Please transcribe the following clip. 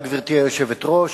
גברתי היושבת-ראש,